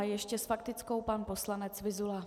Ještě s faktickou pan poslanec Vyzula.